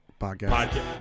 podcast